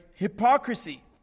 Hypocrisy